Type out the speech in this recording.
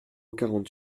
quarante